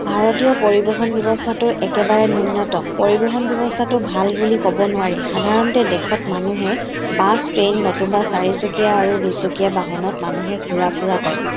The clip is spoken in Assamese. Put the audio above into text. ভাৰতীয় পৰিবহণ ব্যৱস্থাটো একেবাৰেই ন্য়ূনতম পৰিবহণ ব্যৱস্থাটো ভাল বুলি ক'ব নোৱাৰি সাধাৰণতে দেশত মানুহে বাছ ট্ৰেইন নতুবা চাৰিচকীয়া আৰু দুচকীয়া বাহনত মানুহে ঘূৰা ফুৰা কৰে